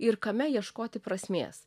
ir kame ieškoti prasmės